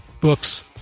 books